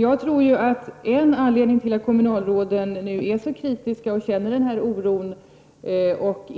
Jag tror att en anledning till att kommunalråden nu är så kritiska och känner oro är att